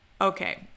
Okay